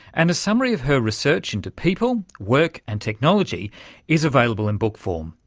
and a summary of her research into people, work and technology is available in book form.